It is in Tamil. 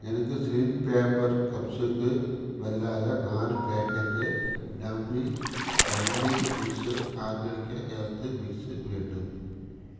எனக்கு ஸ்லின் பேப்பர் கப்ஸுக்கு பதிலாக நாலு packet tummy friendly foods organic health mix வேண்டும்